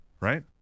right